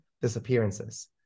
disappearances